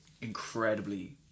incredibly